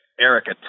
Erica